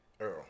Earl